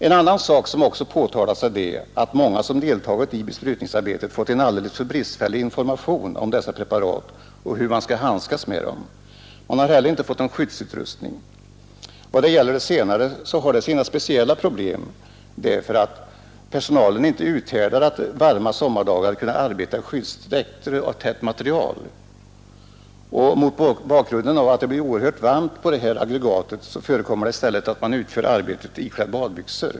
En annan sak som påtalats är att många som deltagit i besprutningsarbete har fått en alldeles för bristfällig information om dessa preparat och om hur man skall handskas med dem. De har inte heller fått någon skyddsutrustning. Det senare har sina speciella problem, eftersom personalen inte uthärdar att varma sommardagar arbeta i skyddsdräkter av tätt material. På grund av att det blir oerhört varmt på aggregatet förekommer det i stället att man utför arbetet iklädd badbyxor.